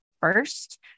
first